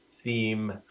theme